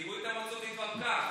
כי ברית המועצות התפרקה,